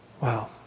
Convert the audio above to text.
Wow